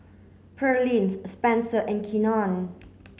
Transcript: Spencer and Keenan